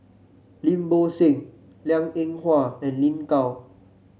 Lim Bo Seng Liang Eng Hwa and Lin Gao